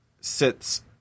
sits